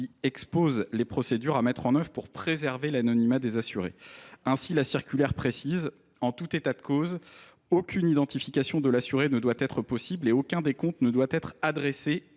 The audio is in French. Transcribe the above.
à dire les procédures à mettre en œuvre pour préserver l’anonymat des assurées. Elle dispose que, « en tout état de cause, aucune identification de l’assurée ne doit être possible et aucun décompte ne doit être adressé